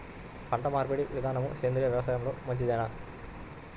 పంటమార్పిడి విధానము సేంద్రియ వ్యవసాయంలో మంచిదేనా?